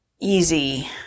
easy